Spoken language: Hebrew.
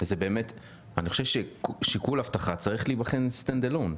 אני חושב ששיקול אבטחה צריך להיבחן stand alone,